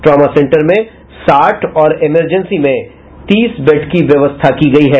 trauma centre में साठ और इमरजेंसी में तीस बेड की व्यवस्था की गयी है